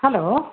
hello